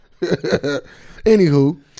Anywho